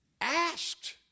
asked